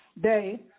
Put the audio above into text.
day